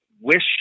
wish